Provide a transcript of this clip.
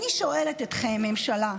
ואני שואלת אתכם, הממשלה: